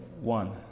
one